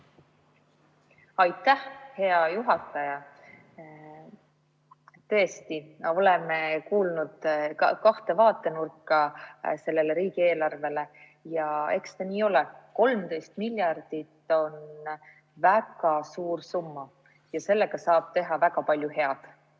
Aitäh, hea juhataja! Tõesti, oleme kuulnud kahest vaatenurgast sellest riigieelarvest räägitavat ja eks ta nii olegi. 13 miljardit on väga suur summa ja sellega saab teha väga palju head.